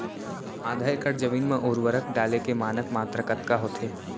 आधा एकड़ जमीन मा उर्वरक डाले के मानक मात्रा कतका होथे?